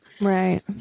Right